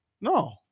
No